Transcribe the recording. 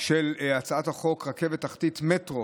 של הצעת החוק רכבת תחתית (מטרו),